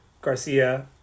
Garcia